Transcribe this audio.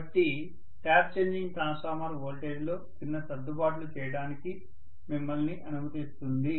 కాబట్టి tap changing transformer వోల్టేజ్లో చిన్న సర్దుబాట్లు చేయడానికి మిమ్మల్ని అనుమతిస్తుంది